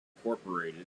incorporated